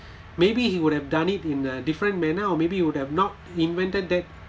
maybe he would have done it in a different manner or maybe he would have not invented that